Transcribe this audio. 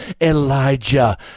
Elijah